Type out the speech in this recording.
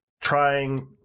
trying